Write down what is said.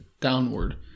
downward